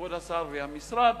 מכבוד השר וממשרד